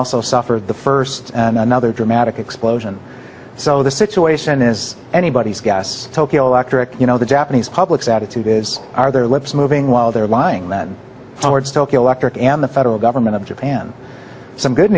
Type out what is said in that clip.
also suffered the first another dramatic explosion so the situation is anybody's guess tokyo electric you know the japanese public's attitude is are their lips moving while they're lying that towards tokyo electric and the federal government of japan some good